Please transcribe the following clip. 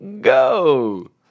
Go